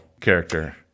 character